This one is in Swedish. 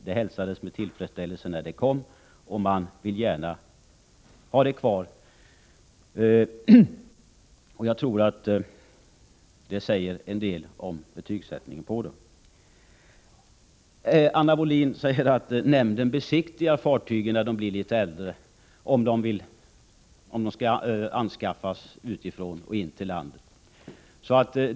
Det hälsades med tillfredsställelse när det kom, och man vill gärna ha det kvar. Jag tror att det är ett gott vittnesbörd om hur de betygsätter det. Anna Wohlin-Andersson säger att nämnden besiktigar litet äldre fartyg som skall anskaffas från utlandet.